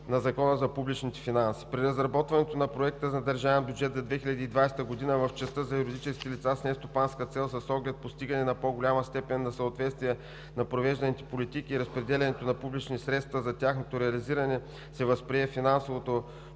на Закона за публичните финанси. При разработването на проекта на държавен бюджет за 2020 г. в частта за юридическите лица с нестопанска цел, с оглед постигане на по-голяма степен на съответствие на провежданите политики и разпределението на публични средства за тяхното реализиране, се възприе финансовото